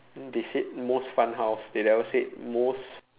they said most fun house they never said most